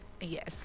yes